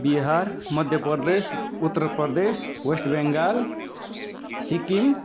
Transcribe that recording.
Bihar Madhya Pradesh Uttar Pradesh West Bengal सि सिक्किम